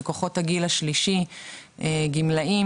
לקוחות הגיל השלישי וגמלאים,